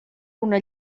una